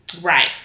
Right